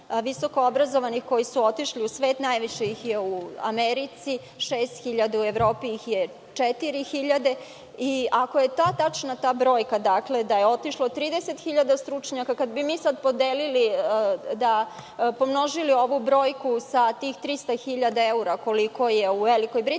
visokoobrazovanih, koji su otišli u svet. Najviše ih je u Americi – 6.000, u Evropi – 4.000. Ako je tačna ta brojka, da je otišlo 30.000 stručnjaka, i kada bi mi sada pomnožili ovu brojku sa tih 300.000 evra koliko je u Velikoj Britaniji,